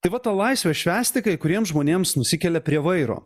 tai va tą laisvę švęsti kai kuriems žmonėms nusikelia prie vairo